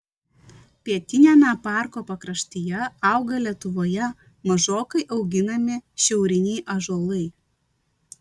pietiniame parko pakraštyje auga lietuvoje mažokai auginami šiauriniai ąžuolai